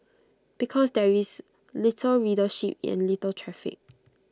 because there is little readership and little traffic